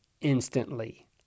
instantly